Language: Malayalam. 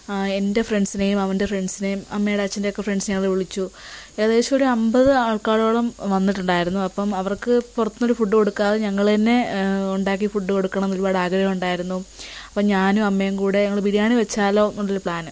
എൻ്റെ ഫ്രണ്ട്സിനേയും അവൻ്റെ ഫ്രണ്ട്സിനേയും അമ്മേടെ അച്ഛൻറ്റെയുക്കെ ഫ്രണ്ട്സിനെയൊക്കെ വിളിച്ചു ഏകദേശം ഒരു അമ്പത് ആൾക്കാരോളം വന്നിട്ടുണ്ടായിരുന്നു അപ്പം അവർക്ക് പുറത്ത് നിന്നൊരു ഫുഡ് കൊടുക്കാതെ ഞങ്ങള് തന്നെ ഉണ്ടാക്കി ഫുഡ് കൊടുക്കണമെന്ന് ഒരുപാട് ആഗ്രഹമുണ്ടായിരുന്നു അപ്പം ഞാനും അമ്മയും കൂടെ ഞങ്ങള് ബിരിയാണി വച്ചാലോ എന്ന്ള്ള പ്ലാന്